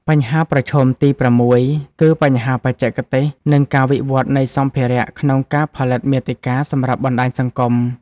បញ្ហាប្រឈមទី៦ គឺបញ្ហាបច្ចេកទេស និងការវិវត្តនៃសម្ភារៈក្នុងការផលិតមាតិកាសម្រាប់បណ្ដាញសង្គម។